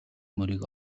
мөрийг